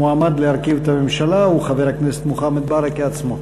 המועמד להרכיב את הממשלה הוא חבר הכנסת מוחמד ברכה עצמו.